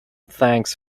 thanks